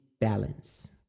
balance